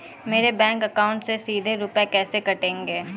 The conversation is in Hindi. मेरे बैंक अकाउंट से सीधे रुपए कैसे कटेंगे?